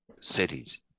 cities